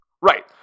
Right